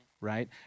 right